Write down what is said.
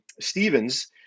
Stevens